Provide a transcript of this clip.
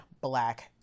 black